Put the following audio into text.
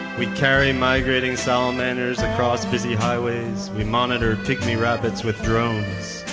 we carry migrating salamanders across busy highways. we monitor pygmy rabbits with drones.